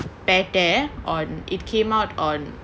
better on it came out on